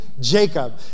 Jacob